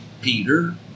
Peter